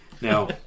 Now